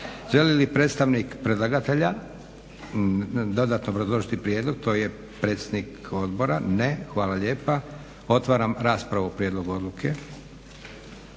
Želi li predstavnik predlagatelja dodatno obrazložiti prijedlog, to je predsjednik odbora? Ne, hvala lijepa. Otvaram raspravu o Prijedlogu odluke.